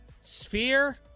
Sphere